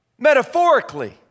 Metaphorically